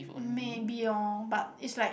maybe orh but is like